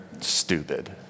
stupid